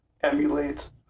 emulate